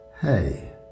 Hey